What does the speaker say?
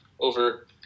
over